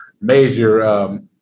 major